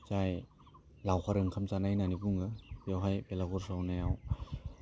जाय लावखार ओंखाम जानाय होनानै बुङो बेवहाय बेलागुर सावनायाव